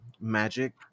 magic